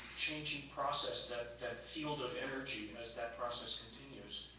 changing process, that that field of energy as that process continues,